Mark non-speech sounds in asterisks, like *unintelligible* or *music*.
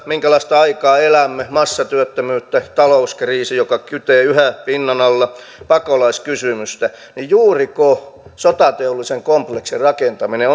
minkälaista aikaa euroopassa elämme massatyöttömyyttä talouskriisiä joka kytee yhä pinnan alla pakolaiskysymystä niin juuriko sotateollisen kompleksin rakentaminen *unintelligible*